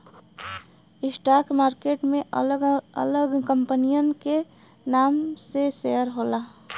stock market में अलग अलग कंपनियन के नाम से शेयर होला